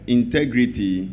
integrity